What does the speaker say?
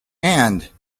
and